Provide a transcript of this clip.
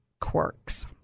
quirks